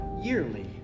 yearly